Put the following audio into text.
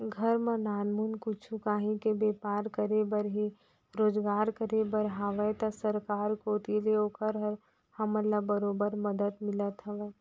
घर म नानमुन कुछु काहीं के बैपार करे बर हे रोजगार करे बर हावय त सरकार कोती ले ओकर बर हमन ल बरोबर मदद मिलत हवय